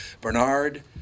Bernard